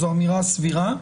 זו אמירה סבירה.